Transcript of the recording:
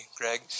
Greg